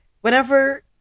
whenever